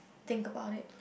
think about it